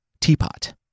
Teapot